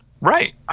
Right